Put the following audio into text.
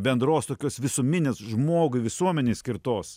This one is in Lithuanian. bendros tokios visuminės žmogui visuomenei skirtos